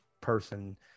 person